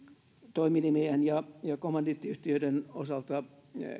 toiminimien ja ja kommandiittiyhtiöiden osalta